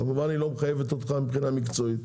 כמובן היא לא מחייבת אותך מבחינה מקצועית,